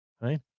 right